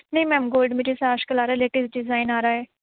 نہیں ma'am gold میں جیسے آشکلارا لیٹیسٹ دیزائن آ رہا ہے